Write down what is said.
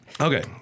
Okay